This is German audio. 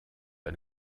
ein